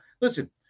listen